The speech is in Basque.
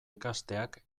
ikasteak